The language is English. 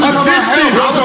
Assistance